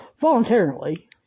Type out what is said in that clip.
voluntarily